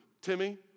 Timmy